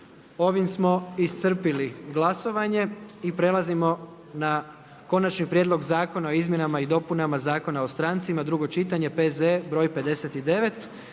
Ovim smo iscrpili glasovanje i prelazimo na: - Konačni prijedlog Zakona o izmjenama i dopunama Zakona o strancima, drugo čitanje, P.Z. broj 59.